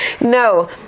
No